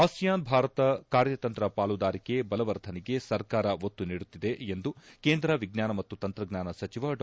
ASEAN Bharat ಕಾರ್ಯತಂತ್ರ ಪಾಲುದಾರಿಕೆ ಬಲವರ್ಧನೆಗೆ ಸರ್ಕಾರ ಒತ್ತು ನೀಡುತ್ತಿದೆ ಎಂದು ಕೇಂದ್ರ ವಿಜ್ವಾನ ಮತ್ತು ತಂತ್ರಜ್ಞಾನ ಸಚಿವ ಡಾ